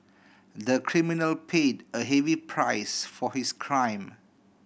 the criminal paid a heavy price for his crime